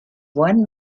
one